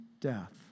death